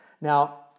Now